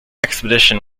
expedition